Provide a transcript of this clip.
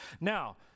Now